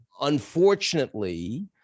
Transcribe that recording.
Unfortunately